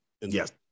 Yes